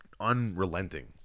unrelenting